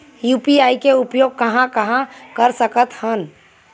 UPI के उपयोग कहां कहा कर सकत हन?